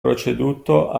proceduto